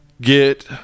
get